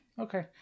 Okay